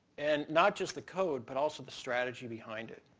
and not just the code, but also the strategy behind it.